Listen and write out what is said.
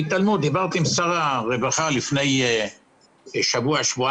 דיברתי עם שר הרווחה לפני שבוע-שבועיים.